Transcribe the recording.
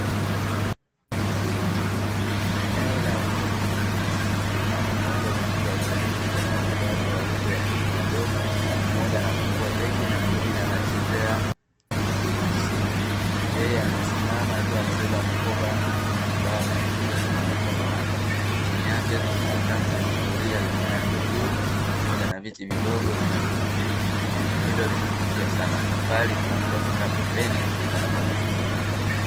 Eneo la hotelini Mwanamama mmoja, amefika hotelini yupo na watoto wake wawili wa kiume wadogo, mmoja anafungua begi na mwingine anachezea simu, yeye amesimama akiwa amebeba mkoba ambao ameukunja kwenye mkono wake, chini yake kuna sakafu lenye zuria lenye rangi zuri, pamoja na viti vidogo vinavyopendeza, eneo hilo linavutia sana, kwa mbali kuna mtu amekaa pembeni akiwa anafanya shughuli zake.